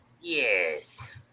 yes